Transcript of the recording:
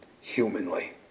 humanly